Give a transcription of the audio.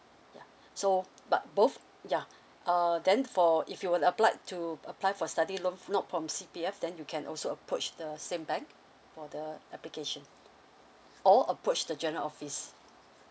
ya so but both ya uh then for if you were applied to apply for study loan not from C_P_F then you can also approach the same bank for the application or approach the general office